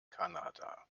kanada